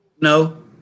No